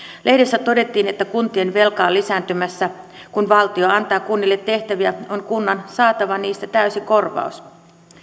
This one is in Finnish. lehdessä todettiin että kuntien velka on lisääntymässä kun valtio antaa kunnille tehtäviä on kunnan saatava niistä täysi korvaus